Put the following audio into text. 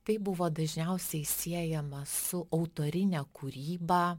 tai buvo dažniausiai siejama su autorine kūryba